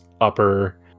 upper